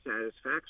satisfaction